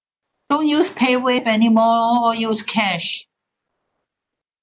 don't use paywave anymore or use cash